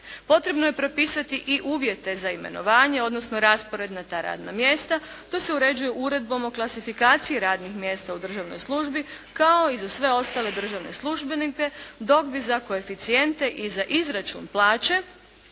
Potrebno je propisati i uvjete za imenovanje, odnosno raspored na ta radna mjesta. To se uređuje Uredbom o klasifikaciji radnih mjesta u državnoj službi kao i za sve ostale državne službenike dok bi za koeficijente i za izračun plaće